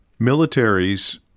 Militaries